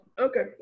Okay